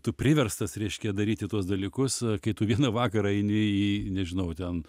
tu priverstas reiškia daryti tuos dalykus kai tu vieną vakarą eini į nežinau ten